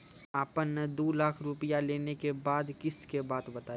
आपन ने दू लाख रुपिया लेने के बाद किस्त के बात बतायी?